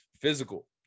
Physical